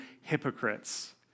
hypocrites